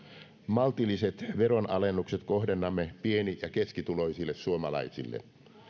maltilliset veronalennukset kohdennamme pieni ja keskituloisille suomalaisille